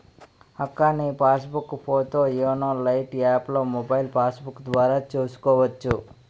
అక్కా నీ passbook పోతో యోనో లైట్ యాప్లో మొబైల్ పాస్బుక్కు ద్వారా చూసుకోవచ్చు